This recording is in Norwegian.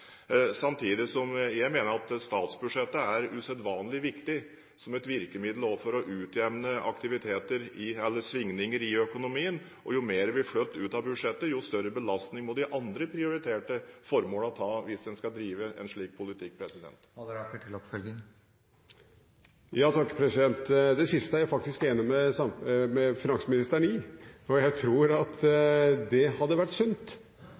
samtidig som jeg mener at statsbudsjettet er usedvanlig viktig som et virkemiddel også for å utjevne svingninger i økonomien. Jo mer vi flytter ut av budsjettet, jo større belastning må de andre prioriterte formålene ta – hvis en skal drive en slik politikk. Det siste er jeg faktisk enig med finansministeren i. Jeg tror det hadde vært sunt